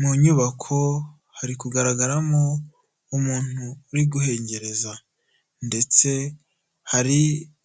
Mu nyubako hari kugaragaramo umuntu uri guhengereza ndetse hari